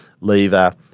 Lever